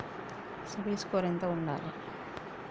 CIBIL score ఎంత ఉండాలే?